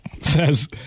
says